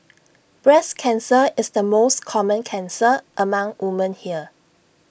breast cancer is the most common cancer among women here